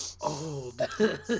old